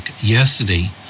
yesterday